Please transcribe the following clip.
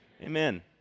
Amen